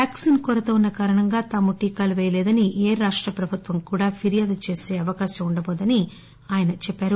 vaccine కొరత ఉన్న కారణంగా తాము టీకాలు పేయలేదని ఏ రాష్ట ప్రభుత్వం కూడా ఫిర్యాదు చేసే అవకాశం ఉండబోదని ఆయన చెప్పారు